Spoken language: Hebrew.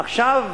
עכשיו,